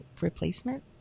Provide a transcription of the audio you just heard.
replacement